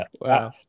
Wow